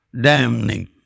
damning